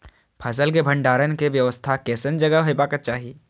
फसल के भंडारण के व्यवस्था केसन जगह हेबाक चाही?